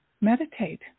meditate